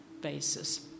basis